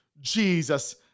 Jesus